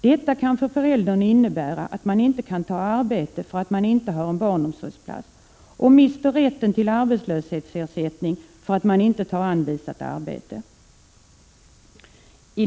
Detta kan för föräldrarna innebära att man inte kan ta arbete, eftersom man inte har en barnomsorgsplats, och mister rätten till arbetslöshetsersättning, eftersom man inte tar ett anvisat arbete. Fru talman!